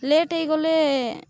late ହେଇଗଲେ